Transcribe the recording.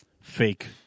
fake